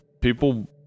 people